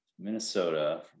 Minnesota